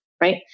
right